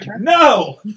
No